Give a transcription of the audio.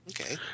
Okay